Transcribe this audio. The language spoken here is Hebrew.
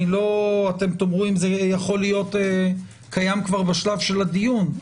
אתם תאמרו אם זה יכול להיות קיים כבר בשלב הדיון,